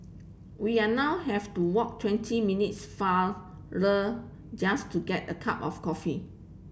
we are now have to walk twenty minutes farther just to get a cup of coffee